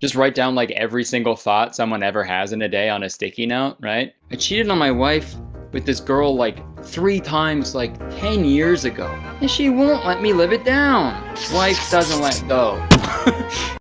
just write down like every single thought someone ever has in a day on a sticky note, right? i cheated on my wife with this girl, like three times like ten years ago and she won't let me live it down. wife doesn't let go